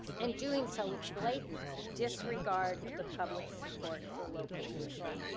and doing so with blatant disregard of the public support for local control.